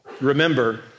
remember